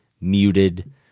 muted